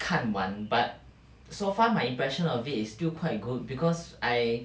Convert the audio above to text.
看完 but so far my impression of it is still quite good because I